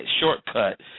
shortcut